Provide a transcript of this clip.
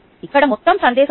ఇక్కడ మొత్తం సందేశం అది